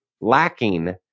lacking